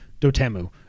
Dotemu